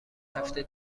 هفته